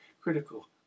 critical